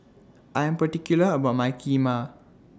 I Am particular about My Kheema